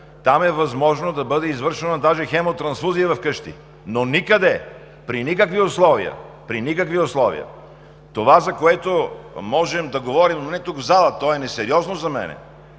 там е възможно даже да бъде извършена хемотрансфузия вкъщи. Но никъде и при никакви условия това, за което можем да говорим, но не и в залата, то е несериозно за мен,